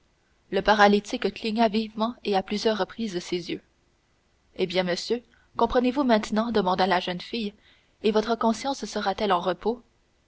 le paralytique cligna vivement et à plusieurs reprises ses yeux eh bien monsieur comprenez-vous maintenant demanda la jeune fille et votre conscience sera-t-elle en repos